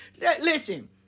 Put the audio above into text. Listen